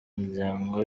muryango